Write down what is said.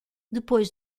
depois